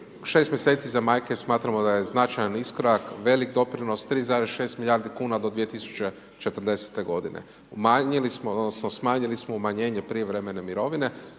6 mjeseci za majke smatramo da je značajan iskorak, velik doprinos, 3,6 milijardi kuna do 2040. godine. Umanjili smo, odnosno smanjili smo umanjenje prijevremene mirovine